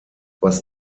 was